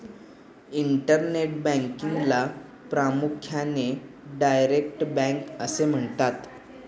internet बँकिंगला प्रामुख्याने direct bank असे म्हणतात